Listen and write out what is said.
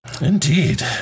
Indeed